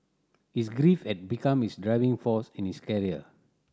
his grief had become his driving force in his career